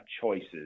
choices